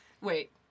wait